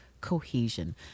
cohesion